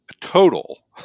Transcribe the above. total